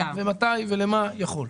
מתי ומה יכול.